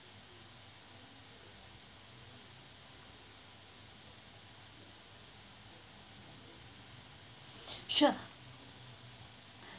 sure